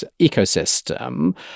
ecosystem